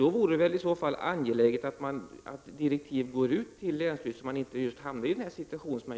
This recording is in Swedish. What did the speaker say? Det vore i så fall angeläget att direktiv går ut till länsstyrelsen, så att man inte hamnar i en sådan här situation.